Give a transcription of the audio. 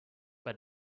but